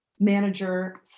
manager